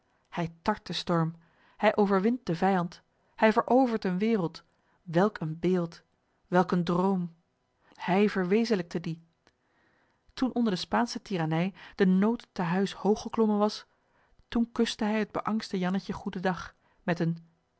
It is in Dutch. hij tart den storm hij overwint den vijand hij verovert eene wereld welk een beeld welk een droom hij verwezenlijkte dien toen onder de spaansche tirannij de nood te huis hoog geklommen was toen kuste hij het beangste jannetje goeden dag met een